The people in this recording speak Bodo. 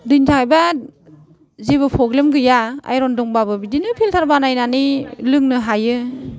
दैनि थाखायबा जेबो प्रब्लेम गैया आयरन दंबाबो बिदिनो फिल्टार बानायनानै लोंनो हायो